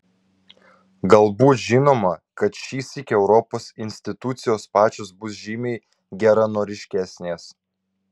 galbūt žinoma kad šįsyk europos institucijos pačios bus žymiai geranoriškesnės